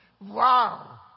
Wow